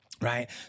Right